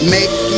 Make